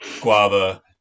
guava